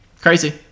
crazy